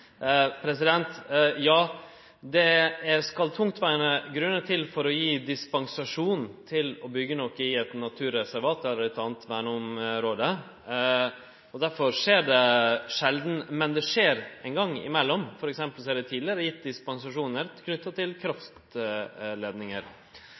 Ja, det skal tungtvegande grunnar til for å gi dispensasjon til å byggje noko i eit naturreservat eller eit anna verneområde. Derfor skjer det sjeldan. Men det skjer ein gong imellom. For eksempel er det tidlegare gitt dispensasjonar knytte til